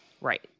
Right